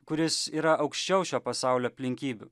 kuris yra aukščiau šio pasaulio aplinkybių